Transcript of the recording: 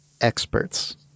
experts